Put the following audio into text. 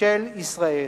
של ישראל.